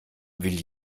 will